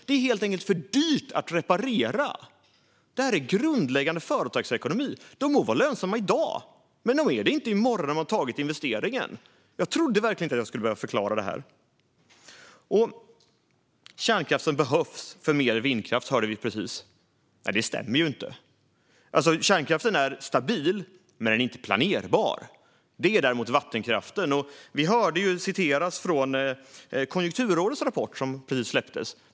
Det är helt enkelt för dyrt att reparera. Det här är grundläggande företagsekonomi. De må vara lönsamma i dag, men de är det inte i morgon när man har tagit investeringen. Jag trodde verkligen inte att jag skulle behöva förklara det här. Kärnkraften behövs för mer vindkraft, hörde vi precis. Det stämmer inte. Kärnkraften är stabil men inte planerbar. Det är däremot vattenkraften. Vi hörde citat från Konjunkturrådets rapport som precis släpptes.